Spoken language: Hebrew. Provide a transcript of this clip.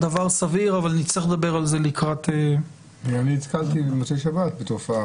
אבל נצטרך לדבר על זה לקראת --- נתקלתי במוצ"ש בתופעה